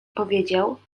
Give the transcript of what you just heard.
powiedział